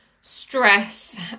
stress